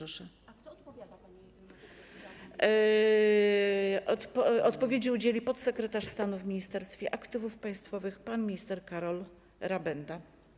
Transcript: Odpowiedzi udzieli podsekretarz stanu w Ministerstwie Aktywów Państwowych pan minister Karol Rabenda.